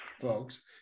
folks